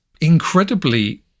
incredibly